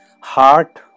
Heart